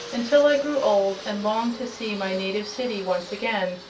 until i grew old and longed to see my native city once again.